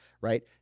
right